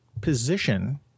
position